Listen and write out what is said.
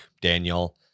daniel